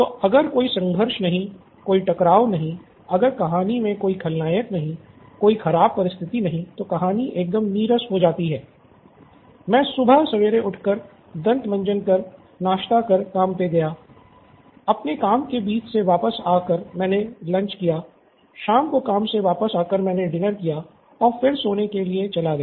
तो अगर कोई संघर्ष नहीं कोई टकराव नहीं अगर कहानी मे कोई खलनायक नहीं कोई ख़राब परिस्थिति नहीं तो कहानी एकदम नीरस हो जाएगी मैं सुबह सवेरे उठ कर दंत्त मंजन कर नाश्ता कर काम पे गया अपने काम के बीच से वापस आ कर मैंने लंच किया शाम को काम से वापस आ कर मैंने डिनर किया और फिर सोने के लिए चला गया